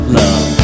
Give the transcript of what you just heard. love